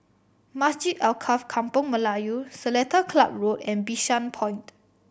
Masjid Alkaff Kampung Melayu Seletar Club Road and Bishan Point